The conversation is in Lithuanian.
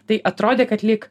tai atrodė kad lyg